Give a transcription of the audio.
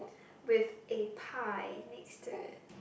with a pie next to it